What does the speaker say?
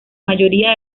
mayoría